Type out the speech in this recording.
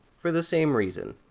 for the same reason.